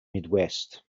midwest